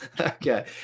Okay